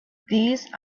these